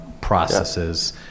processes